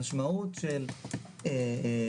המשמעות של לשנות